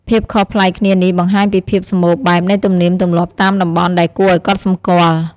ភាពខុសប្លែកគ្នានេះបង្ហាញពីភាពសម្បូរបែបនៃទំនៀមទម្លាប់តាមតំបន់ដែលគួរឲ្យកត់សម្គាល់។